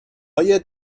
های